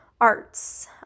arts